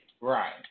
Right